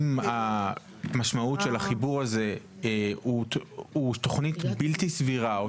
אם המשמעות של החיבור הזה הוא תכנית בלתי סבירה או